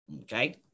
okay